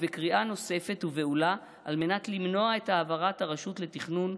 ובקריאה נוספת ובהולה על מנת למנוע את העברת הרשות לתכנון,